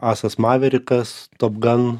asas maverikas top gan